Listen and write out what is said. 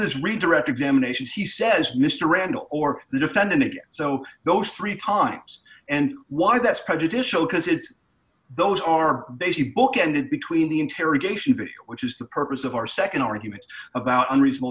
this redirect examination he says mr randall or the defendant so those three times and why that's prejudicial because it's those are basically bookended between the interrogation which is the purpose of our nd argument about unreasonable